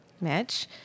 mitch